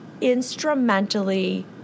instrumentally